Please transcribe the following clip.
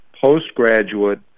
postgraduate